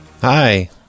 Hi